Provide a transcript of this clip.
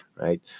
right